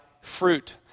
fruit